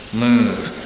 move